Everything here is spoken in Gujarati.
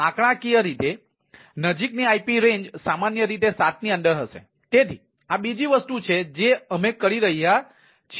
આંકડાકીય રીતે નજીકની આઇપી રેન્જ સામાન્ય રીતે સાતની અંદર હશે તેથી આ બીજી વસ્તુ છે જે અમે કરી રહ્યા છીએ